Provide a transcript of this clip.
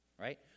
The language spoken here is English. Right